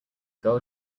girl